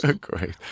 Great